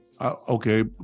okay